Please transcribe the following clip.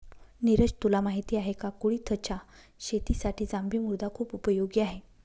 निरज तुला माहिती आहे का? कुळिथच्या शेतीसाठी जांभी मृदा खुप उपयोगी आहे